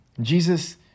Jesus